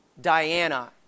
Diana